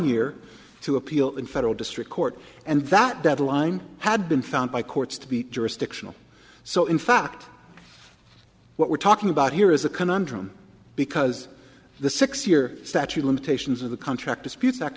year to appeal in federal district court and that deadline had been found by courts to be jurisdictional so in fact what we're talking about here is a conundrum because the six year statute limitations of the contract dispute that